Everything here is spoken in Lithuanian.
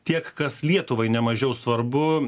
tiek kas lietuvai nemažiau svarbu